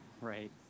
right